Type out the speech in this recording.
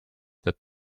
that